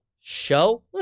Show